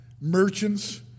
merchants